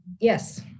Yes